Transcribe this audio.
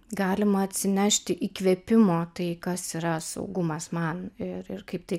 galima atsinešti įkvėpimo tai kas yra saugumas man ir ir kaip tai